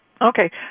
Okay